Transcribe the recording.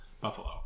Buffalo